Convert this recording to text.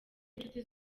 inshuti